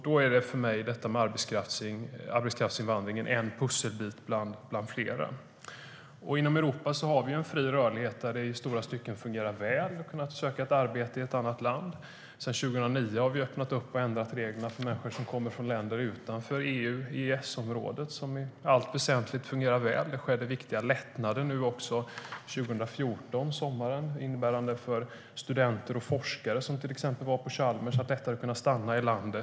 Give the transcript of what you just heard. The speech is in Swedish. Då är för mig detta med arbetskraftsinvandring en pusselbit bland flera. Inom Europa har vi fri rörlighet. Det fungerar i stora stycken väl att söka arbete i ett annat land. Sedan 2009 har vi öppnat upp och ändrat reglerna för människor som kommer från länder utanför EU-EES-området, och det fungerar i allt väsentligt väl. Det skedde viktiga lättnader sommaren 2014, som innebär att studenter och forskare på till exempel Chalmers lättare kan stanna i landet.